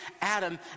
Adam